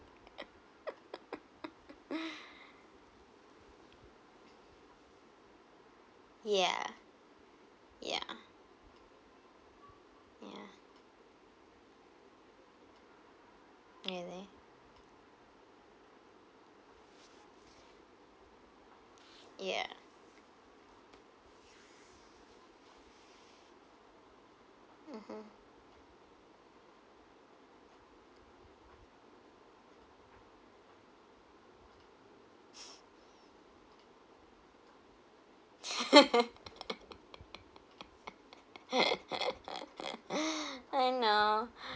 yeah yeah yeah really yeah mmhmm I know